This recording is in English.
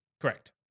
Correct